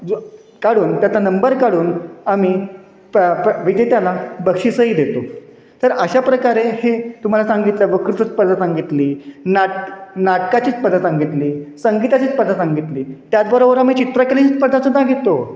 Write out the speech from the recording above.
जो काढून त्याचा नंबर काढून आम्ही प प विजेत्याला बक्षीसही देतो तर अशा प्रकारे हे तुम्हाला सांगितलं वक्तृत्व स्पर्धा सांगितली नाट नाटकाची स्पर्धा सांगितली संगीताची स्पर्धा सांगितली त्याचबरोबर आम्ही चित्रकलेची स्पर्धा सुद्धा घेतो